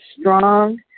strong